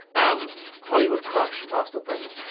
um hollywood crush, past or present?